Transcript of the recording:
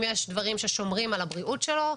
אם יש דברים ששומרים על הבריאות שלו,